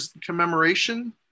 commemoration